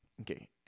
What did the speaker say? Okay